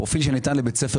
פרופיל שניתן לבית ספר